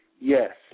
yes